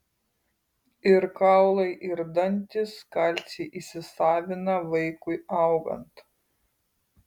ir kaulai ir dantys kalcį įsisavina vaikui augant